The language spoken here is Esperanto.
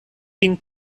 vin